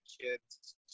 kids